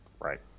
Right